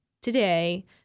today